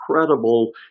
incredible